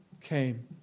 came